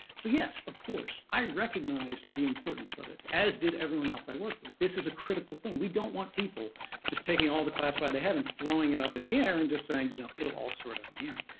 so yes, of course, i recognized the importance of it, as did everyone else i worked with. this is a critical thing. we don't want people just taking all the classified they have and throwing it up in the air and just saying, you know, it'll all sort out in the end.